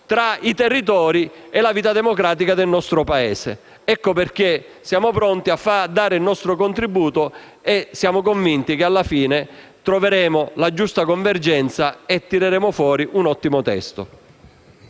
tra i territori e la vita democratica del nostro Paese. Ecco perché siamo pronti a dare il nostro contributo e siamo convinti che alla fine troveremo la giusta convergenza e tireremo fuori un ottimo testo.